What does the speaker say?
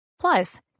Plus